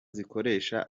zikoresha